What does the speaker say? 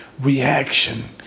Reaction